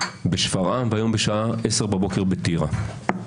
בשפרעם והיום בשעה 10:00 בבוקר בטירה.